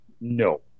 no